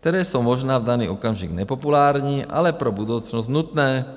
které jsou možná v daný okamžik nepopulární, ale pro budoucnost nutné.